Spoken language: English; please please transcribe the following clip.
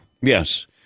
yes